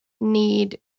need